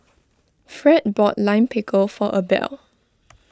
Fred bought Lime Pickle for Abel